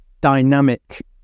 dynamic